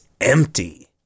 empty